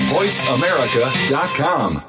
VoiceAmerica.com